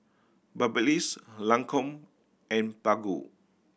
Babyliss Lancome and Baggu